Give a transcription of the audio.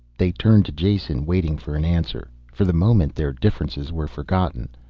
they turned to jason, waiting for an answer. for the moment their differences were forgotten.